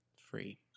Free